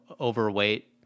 overweight